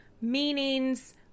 meanings